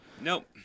Nope